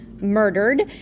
murdered